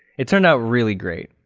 it turned out really great.